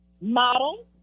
model